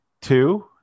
two